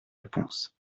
réponses